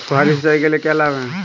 फुहारी सिंचाई के क्या लाभ हैं?